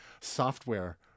software